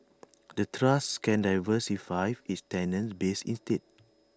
the trust can diversify its tenant base instead